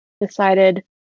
decided